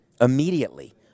immediately